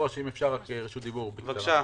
חבר הכנסת ארבל, בבקשה.